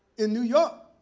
in new york,